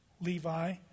Levi